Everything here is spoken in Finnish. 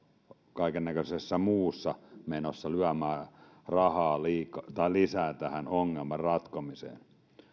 kaikennäköisessä muussa menossa lyömään rahaa lisää tähän ongelman ratkomiseen